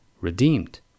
redeemed